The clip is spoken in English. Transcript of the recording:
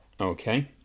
okay